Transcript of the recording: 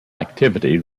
activity